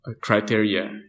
criteria